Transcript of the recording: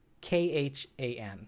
K-H-A-N